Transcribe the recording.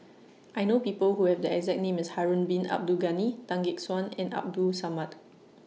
I know People Who Have The exact name as Harun Bin Abdul Ghani Tan Gek Suan and Abdul Samad